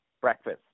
breakfast